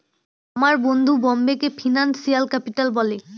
আমার বন্ধু বোম্বেকে ফিনান্সিয়াল ক্যাপিটাল বলে